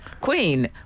Queen